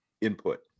input